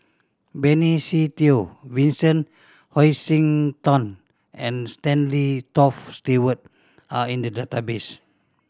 Benny Se Teo Vincent Hoisington and Stanley Toft Stewart are in the database